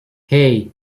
hey